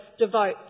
devote